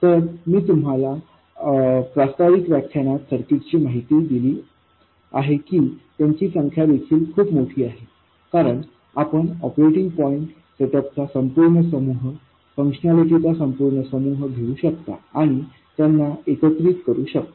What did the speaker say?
तर मी तुम्हाला प्रास्ताविक व्याख्यानात सर्किटची माहिती दिली आहे की त्यांची संख्या देखील खूप मोठी आहे कारण आपण ऑपरेटिंग पॉईंट सेटअप चा संपूर्ण समूह फंक्शनालिटी चा संपूर्ण समूह घेऊ शकता आणि त्यांना एकत्रित करू शकता